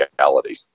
reality